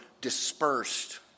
dispersed